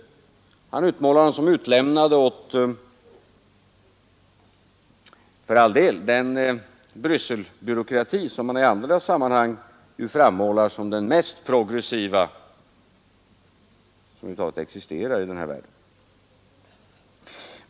Han utmålade där företagen som helt utlämnade åt den Brysselbyråkrati som han i andra sammanhang frammålat som snart sagt den mest progressiva som existerar i denna världen.